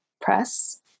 press